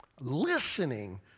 listening